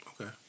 Okay